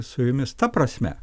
su jumis ta prasme